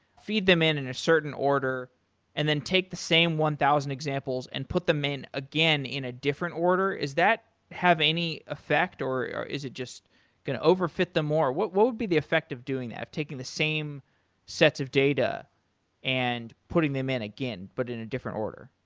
feed them in in a certain order and then take the same one thousand examples and put them in, again, in a different order. is that have any effect or is it just going over-fit them more? what what would be the effect of doing that, of taking the same sets of data and putting them in again but in a different order?